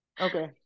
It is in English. okay